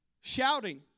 shouting